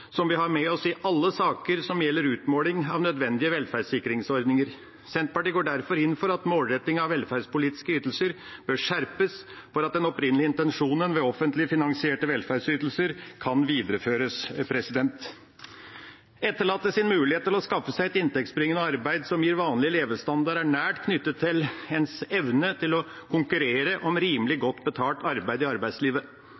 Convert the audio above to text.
som vi har med oss i alle saker som gjelder utmåling av nødvendige velferdssikringsordninger. Senterpartiet går derfor inn for at målretting av velferdspolitiske ytelser bør skjerpes for at den opprinnelige intensjonen ved offentlig finansierte velferdsytelser kan videreføres. Etterlattes mulighet til å skaffe seg et inntektsbringende arbeid som gir vanlig levestandard, er nært knyttet til ens evne til å konkurrere om rimelig